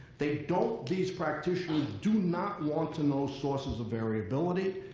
they don't, these practitioners do not want to know sources of variability.